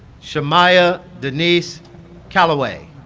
shamia denise calloway